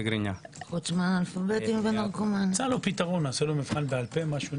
נעשה לו מבחן בעל פה, משהו.